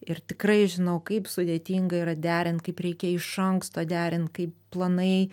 ir tikrai žinau kaip sudėtinga yra derint kaip reikia iš anksto derint kaip planai